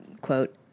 quote